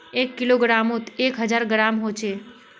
एक किलोग्रमोत एक हजार ग्राम होचे